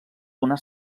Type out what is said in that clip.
donar